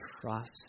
Trust